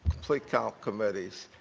complete count committees.